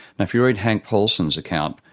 and if you read hank paulson's account,